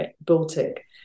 Baltic